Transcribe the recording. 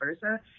versa